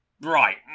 right